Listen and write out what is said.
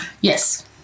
Yes